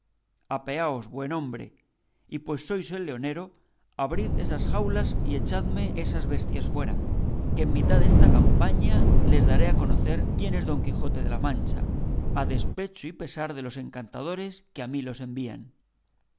apeaos buen hombre y pues sois el leonero abrid esas jaulas y echadme esas bestias fuera que en mitad desta campaña les daré a conocer quién es don quijote de la mancha a despecho y pesar de los encantadores que a mí los envían